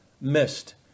missed